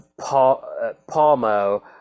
Palmo